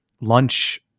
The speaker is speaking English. lunch